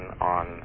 on